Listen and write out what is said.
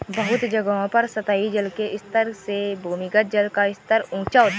बहुत जगहों पर सतही जल के स्तर से भूमिगत जल का स्तर ऊँचा होता है